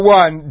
one